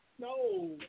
no